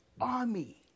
army